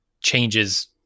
changes